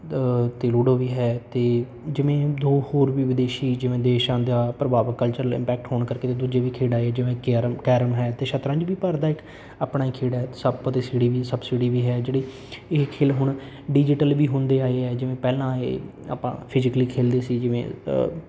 ਅਤੇ ਲੂਡੋ ਵੀ ਹੈ ਅਤੇ ਜਿਵੇਂ ਦੋ ਹੋਰ ਵੀ ਵਿਦੇਸ਼ੀ ਜਿਵੇਂ ਦੇਸ਼ਾਂ ਦਾ ਪ੍ਰਭਾਵ ਕਲਚਰਲ ਇੰਮਪੈਕਟ ਹੋਣ ਕਰਕੇ ਅਤੇ ਦੂਜੇ ਵੀ ਖੇਡ ਆਏ ਜਿਵੇਂ ਕਿਆਰਮ ਕੈਰਮ ਹੈ ਅਤੇ ਸ਼ਤਰੰਜ ਵੀ ਭਾਰਤ ਦਾ ਇੱਕ ਆਪਣਾ ਹੀ ਖੇਈ ਹੈ ਸੱਪ ਅਤੇ ਸੀੜੀ ਵੀ ਸੱਪਸੀੜੀ ਵੀ ਹੈ ਜਿਹੜੀ ਇਹ ਖੇਈਹ ਹੁਣ ਡਿਜੀਟਲ ਵੀ ਹੁੰਦੇ ਆਏ ਆ ਜਿਵੇਂ ਪਹਿਲਾਂ ਇਹ ਆਪਾਂ ਫਿਜਿਕਲੀ ਖੇਈਦੇ ਸੀ ਜਿਵੇਂ